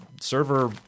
server